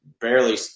barely